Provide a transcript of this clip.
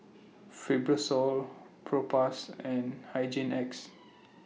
Fibrosol Propass and Hygin X